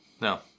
No